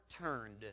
turned